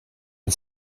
and